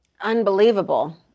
Unbelievable